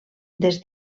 des